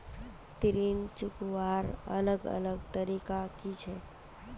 ऋण चुकवार अलग अलग तरीका कि छे?